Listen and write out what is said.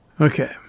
okay